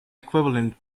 equivalent